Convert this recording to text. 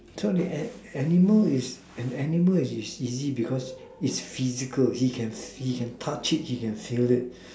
so the an~ animal is an animal is easy because it's physical he can he can touch it he can feel it